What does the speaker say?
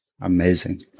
Amazing